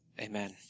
Amen